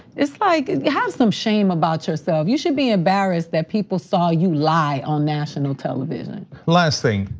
it's like, have some shame about yourself. you should be embarrassed that people saw you lie on national television last thing.